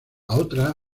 otra